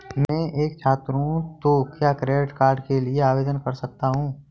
मैं एक छात्र हूँ तो क्या क्रेडिट कार्ड के लिए आवेदन कर सकता हूँ?